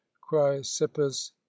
Chrysippus